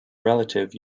relative